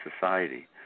society